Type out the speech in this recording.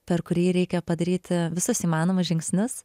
per kurį reikia padaryti visus įmanomus žingsnius